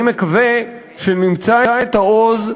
אני מקווה שנמצא את העוז,